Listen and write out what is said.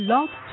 Love